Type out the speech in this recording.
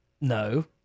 No